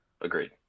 Agreed